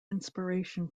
inspiration